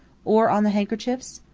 or on the handkerchiefs?